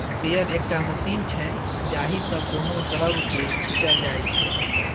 sprayer एकटा machine छै जाहि सँ कोनो द्रब केँ छीटल जाइ छै